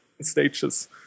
stages